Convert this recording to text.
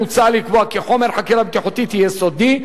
מוצע לקבוע כי חומר חקירה בטיחותית יהיה סודי,